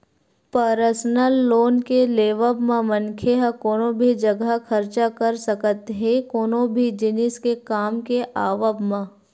personal loan के लेवब म मनखे ह कोनो भी जघा खरचा कर सकत हे कोनो भी जिनिस के काम के आवब म